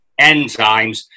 enzymes